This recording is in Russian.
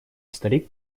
старик